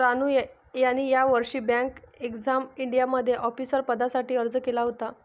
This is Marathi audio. रानू यांनी यावर्षी बँक एक्झाम इंडियामध्ये ऑफिसर पदासाठी अर्ज केला होता